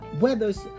weathers